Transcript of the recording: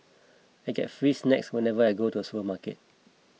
I get free snacks whenever I go to the supermarket